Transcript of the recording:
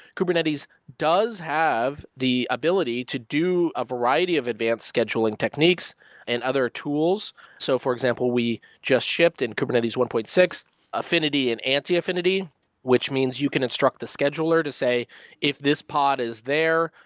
kubernetes does have the ability to do a variety of advanced scheduling techniques and other tools. so for example, we just shipped in kubernetes one point six affinity and anti-affinity which means you can instruct the scheduler to say if this pod is there,